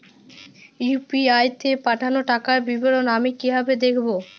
UPI তে পাঠানো টাকার বিবরণ আমি কিভাবে দেখবো?